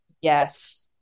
yes